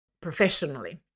professionally